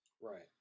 Right